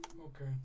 Okay